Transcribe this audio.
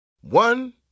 One